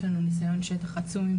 יש לנו ניסיון שטח עצום עם